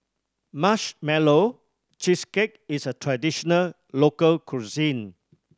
Marshmallow Cheesecake is a traditional local cuisine